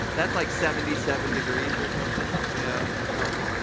that's like seventy seven degrees or something? you know, kelvin,